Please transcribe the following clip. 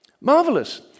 marvelous